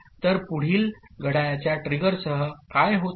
तर पुढील घड्याळाच्या ट्रिगरसह काय होते